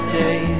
day